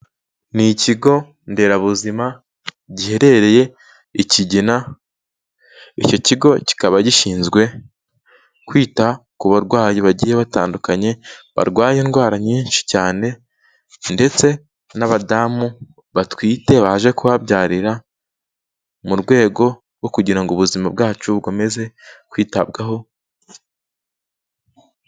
Ni ikigo nderabuzima giherereye i Kigina, icyo kigo kikaba gishinzwe kwita ku barwayi bagiye batandukanye, barwaye indwara nyinshi cyane ndetse n'abadamu batwite baje kuhabyarira, mu rwego rwo kugira ngo ubuzima bwacu bukomeze kwitabwaho.